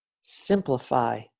simplify